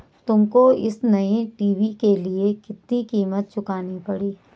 तुमको इस नए टी.वी के लिए कितनी कीमत चुकानी पड़ी?